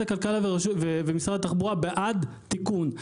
הכלכלה ומשרד התחבורה בעד תיקון,